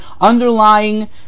underlying